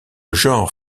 genre